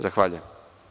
Zahvaljujem.